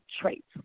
traits